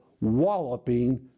walloping